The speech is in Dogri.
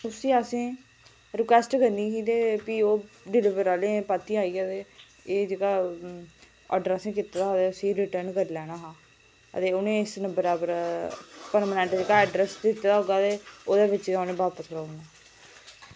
उसी असें रिक्वेस्ट करनी ही ते ओह् डिलवरी आह्लें परतियै आइयै जेह्का ओह् ऑर्डर जेह्का कीते दा होऐ ओह् रिटर्न करी लैना हा ते उ'नें इस नं बर उप्पर परमांनेंट जेह्का अड्रैस दित्ते दा होऐ ते ओह्दे बिच गै उ'नें बापस कराई ओड़ना